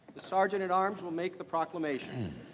the sergeant at arms will make the proclamation.